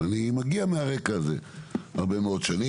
ואני מגיע מהרקע הזה הרבה מאוד שנים.